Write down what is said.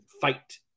fight